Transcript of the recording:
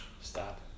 Stop